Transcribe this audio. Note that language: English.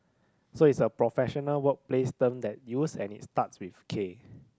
so it's a professional workplace term that use and it starts with K